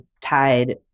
tied